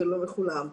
שלום לכולם.